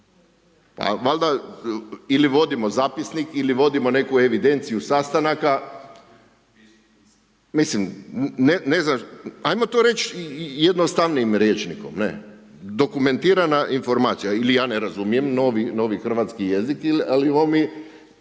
Pa valjda ili vodimo zapisnik ili vodimo neku evidenciju sastanaka, mislim, ne znam. Ajmo to reći jednostavnijim rječnikom ne, dokumentirana informacija. Ili ja ne razumijem novi hrvatski jezik ali ovo mi